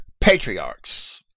patriarchs